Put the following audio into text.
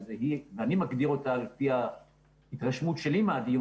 ואני מגדיר אותה לפי ההתרשמות שלי מהדיון